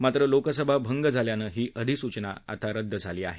मात्र लोकसभा भंग झाल्यानं ही अधिसूचना आता रद्द झाली आहे